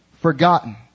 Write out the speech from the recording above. forgotten